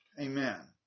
Amen